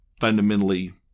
fundamentally